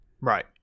Right